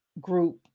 group